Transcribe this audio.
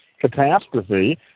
catastrophe